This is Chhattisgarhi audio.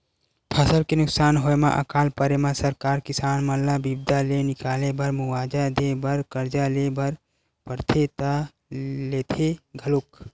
फसल के नुकसान होय म अकाल परे म सरकार किसान मन ल बिपदा ले निकाले बर मुवाजा देय बर करजा ले बर परथे त लेथे घलोक